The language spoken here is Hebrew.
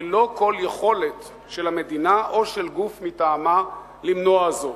ללא כל יכולת של המדינה או של גוף מטעמה למנוע זאת.